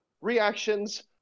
reactions